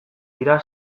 dira